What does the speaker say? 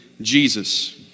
Jesus